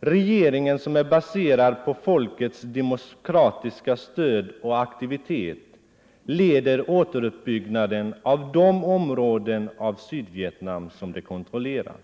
Regeringen, som är baserad på folkets demokratiska stöd och aktivitet, leder återuppbyggnaden av de områden av Sydvietnam som den kontrollerar.